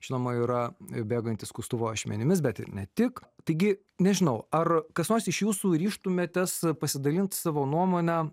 žinoma yra bėgantis skustuvo ašmenimis bet ir ne tik taigi nežinau ar kas nors iš jūsų ryžtumėtės pasidalint savo nuomone